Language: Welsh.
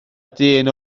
dyn